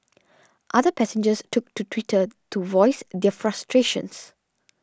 other passengers took to Twitter to voice their frustrations